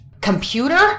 Computer